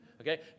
Okay